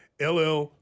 LL